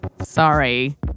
Sorry